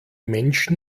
menschen